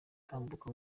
tambuka